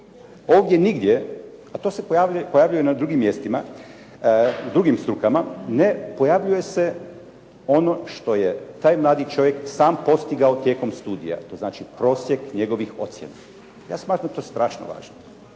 ovdje nigdje, a to se pojavljuje i na drugim mjestima, u drugim strukama, ne pojavljuje se ono što je taj mladi čovjek sam postigao tijekom studija. To znači prosjek njegovih ocjena. Ja smatram da je to strašno važno.